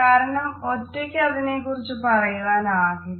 കാരണം ഒറ്റയ്ക്ക് അതിനെക്കുറിച്ച് പറയുവാനാകില്ല